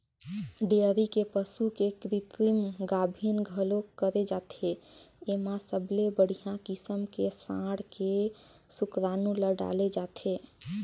dairy के पसू के कृतिम गाभिन घलोक करे जाथे, एमा सबले बड़िहा किसम के सांड के सुकरानू ल डाले जाथे